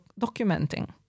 documenting